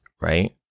right